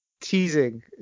teasing